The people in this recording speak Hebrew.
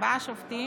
ארבעה שופטים,